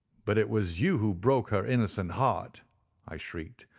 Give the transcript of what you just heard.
but it was you who broke her innocent heart i shrieked,